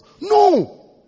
no